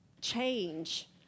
change